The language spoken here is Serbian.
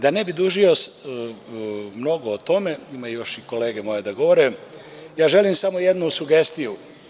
Da ne bi dužio mnogo o tome, ima još i kolege moje da govore, želim samo jednu sugestiju.